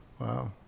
Wow